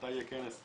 מתי יהיה כנס,